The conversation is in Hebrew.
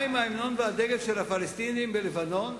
מה עם ההמנון והדגל של הפלסטינים בלבנון?